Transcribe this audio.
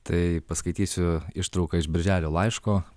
tai paskaitysiu ištrauką iš birželio laiško